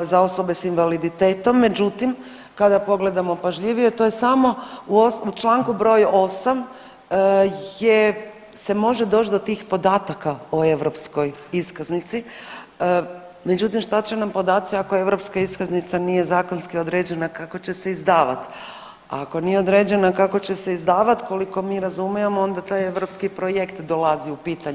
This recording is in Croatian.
za osobe s invaliditetom, međutim kada pogledamo pažljivije to je samo u čl. br. 8 se može doć do tih podataka o europskoj iskaznici, međutim šta će nam podaci ako europska iskaznica nije zakonski određena kako će se izdavat, a ako nije određena kako će se izdavat koliko mi razumijemo onda taj europski projekt dolazi u pitanje.